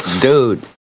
Dude